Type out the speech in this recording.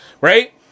right